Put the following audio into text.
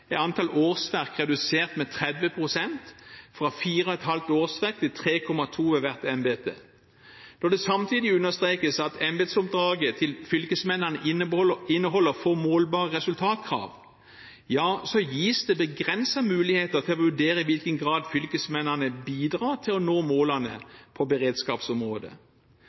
er antall årsverk redusert med 30 pst., fra 4,5 årsverk til 3,2 årsverk ved hvert embete. Når det samtidig understrekes at embetsoppdraget til fylkesmennene inneholder få målbare resultatkrav, gis det begrensede muligheter til å vurdere i hvilken grad fylkesmennene bidrar til å nå målene på beredskapsområdet.